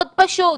מאוד פשוט.